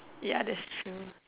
ya that's true